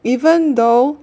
even though